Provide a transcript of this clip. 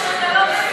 אדוני,